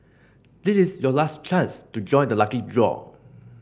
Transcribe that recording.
this is your last chance to join the lucky draw